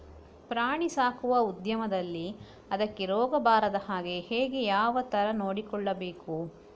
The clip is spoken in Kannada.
ಪ್ರಾಣಿ ಸಾಕುವ ಉದ್ಯಮದಲ್ಲಿ ಅದಕ್ಕೆ ರೋಗ ಬಾರದ ಹಾಗೆ ಹೇಗೆ ಯಾವ ತರ ನೋಡಿಕೊಳ್ಳಬೇಕು?